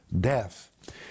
Death